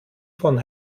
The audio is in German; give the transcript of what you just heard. von